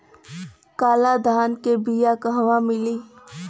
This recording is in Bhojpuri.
काला धान क बिया कहवा मिली?